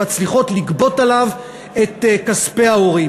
שמצליחות לגבות עליו את כספי ההורים.